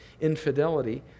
infidelity